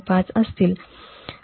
5 असतील